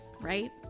right